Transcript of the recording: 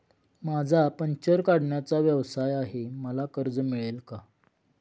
माझा पंक्चर काढण्याचा व्यवसाय आहे मला कर्ज मिळेल का?